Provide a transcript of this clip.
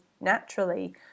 naturally